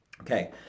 Okay